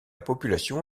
population